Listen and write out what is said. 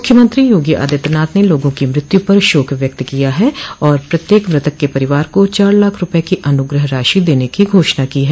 मुख्यमंत्री योगी आदित्यनाथ ने लोगों की मृत्यु पर शोक व्यक्त किया ह और प्रत्येक मृतक के परिवार को चार लाख रूपये की अनुग्रह राशि देने की घोषणा की है